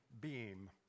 beam